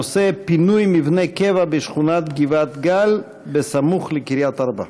הנושא: פינוי מבני קבע בשכונת גבעת-גל ליד קריית-ארבע.